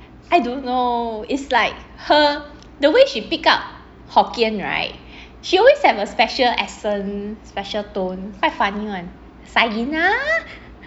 I don't know it's like her the way she pick up hokkien right she always have a special accent special tone quite funny [one] sai gina